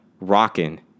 rockin